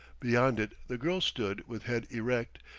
beyond it the girl stood with head erect,